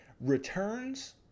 returns